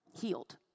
healed